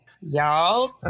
y'all